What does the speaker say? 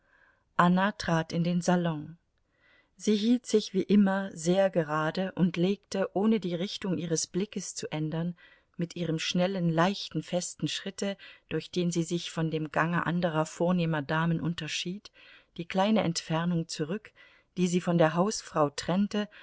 anna trat in den salon sie hielt sich wie immer sehr gerade und legte ohne die richtung ihres blickes zu ändern mit ihrem schnellen leichten festen schritte durch den sie sich von dem gange anderer vornehmer damen unterschied die kleine entfernung zurück die sie von der hausfrau trennte